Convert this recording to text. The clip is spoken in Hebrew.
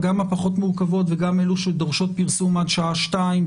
גם הפחות מורכבות וגם אלה שדורשות פרסום עד שעה שתיים,